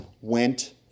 went